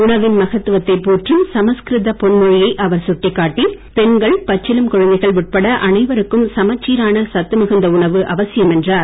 உணவின் மகத்துவத்தை போற்றும் சமஸ்கிருதப் பொன்மொழியை அவர் சுட்டிக்காட்டி பெண்கள் பச்சிளம் குழந்தைகள் உட்பட அனைவருக்கும் சமச்சீரான சத்து மிகுந்த உணவு அவசியம் என்றார்